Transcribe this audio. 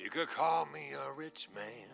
you could call me a rich man